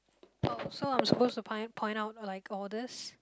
oh so I'm supposed to point point out like all this